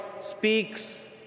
speaks